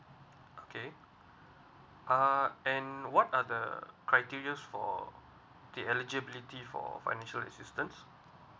okay uh and what are the criterias for the eligibility for financial assistance